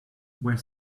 were